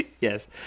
Yes